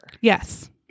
Yes